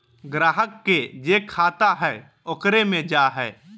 ग्राहक के जे खाता हइ ओकरे मे जा हइ